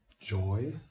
joy